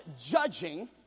judging